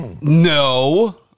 No